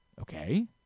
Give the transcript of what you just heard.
Okay